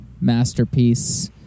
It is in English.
masterpiece